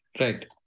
Right